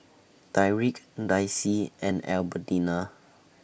Tyrik Daisie and Albertina